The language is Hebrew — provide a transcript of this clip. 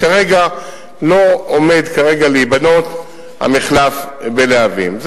שכרגע לא עומד להיבנות המחלף בלהבים.